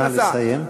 נא לסיים.